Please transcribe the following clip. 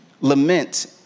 lament